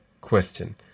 question